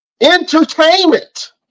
Entertainment